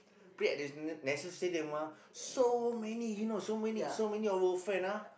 play at the n~ National Stadium ah so many you know so many so many our friend ah